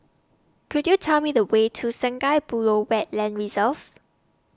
Could YOU Tell Me The Way to Sungei Buloh Wetland Reserve